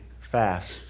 fast